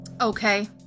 okay